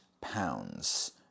pounds